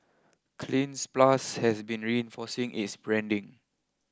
Cleanz Plus has been reinforcing its branding